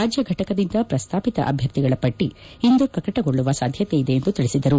ರಾಜ್ಯ ಘಟಕದಿಂದ ಪ್ರಸ್ತಾಪಿತ ಅಭ್ಯರ್ಥಿಗಳ ಪಟ್ಟಿ ಇಂದು ಪ್ರಕಟಗೊಳ್ಳುವ ಸಾಧ್ಯತೆಯಿದೆ ಎಂದು ತಿಳಿಸಿದರು